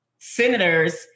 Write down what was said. senators